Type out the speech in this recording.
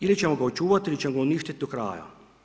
Ili ćemo ga očuvati ili ćemo uništiti do kraja.